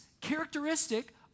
characteristic